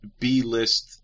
B-list